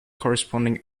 corresponding